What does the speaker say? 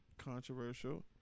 controversial